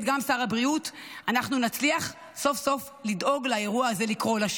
-- אנחנו נצליח סוף-סוף לדאוג לאירוע הזה לקרות,